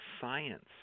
science